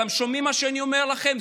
אתם שומעים מה שאני אומר לכם?